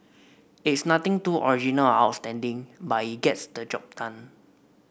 it's nothing too original or outstanding but it gets the job done